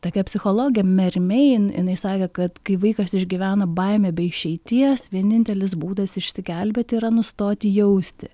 tokia psichologė meri mein jinai sakė kad kai vaikas išgyvena baimę be išeities vienintelis būdas išsigelbėti yra nustoti jausti